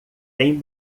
tem